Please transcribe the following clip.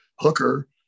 Hooker